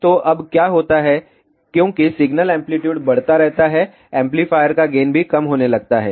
तो अब क्या होता है क्योंकि सिग्नल एंप्लीट्यूड बढ़ता रहता है एम्पलीफायर का गेन भी कम होने लगता है